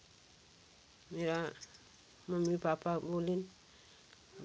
यहाँ mummy papa बोले न